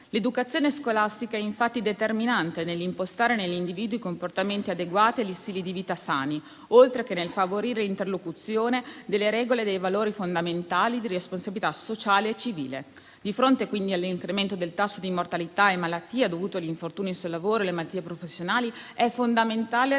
L'educazione scolastica è infatti determinante nell'impostare negli individui comportamenti adeguati agli stili di vita sani, oltre che nel favorire l'interlocuzione delle regole e dei valori fondamentali di responsabilità sociale e civile. Di fronte all'incremento del tasso di mortalità e malattia dovuto agli infortuni sul lavoro e alle malattie professionali, è fondamentale rivalutare